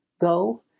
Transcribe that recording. go